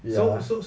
ya